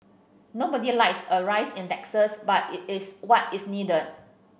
nobody likes a rise in taxes but it is what is needed